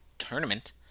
tournament